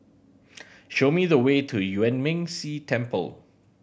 show me the way to Yuan Ming Si Temple